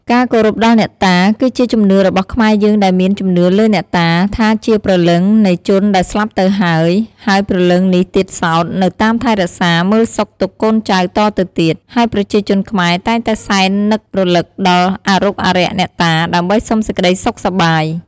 ការគោរពដល់អ្នកតា គឺជាជំនឿរបស់ខ្មែរយើងដែលមានជំនឿលើអ្នកតា ថាជាព្រលឹងនៃជនដែលស្លាប់ទៅហើយ ហើយព្រលឹងនេះទៀតសោតនៅតាមថែរក្សា មើលសុខទុក្ខកូនចៅតទៅទៀត ហើយប្រជាជនខ្មែរតែងតែសែននឹករំលឹកដល់អារុក្ខអារក្សអ្នកតា ដើម្បីសុំសេចក្ដីសុខសប្បាយ។